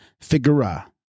Figura